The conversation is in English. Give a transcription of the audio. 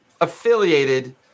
affiliated